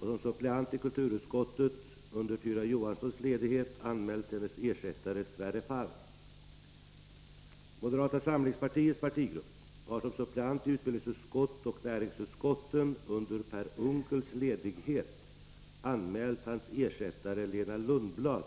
och som suppleant i kulturutskottet under Tyra Johanssons ledighet anmält hennes ersättare Sverre Palm. Moderata samlingspartiets partigrupp har som suppleant i utbildningsoch näringsutskotten under Per Unckels ledighet anmält hans ersättare Lena Lundblad.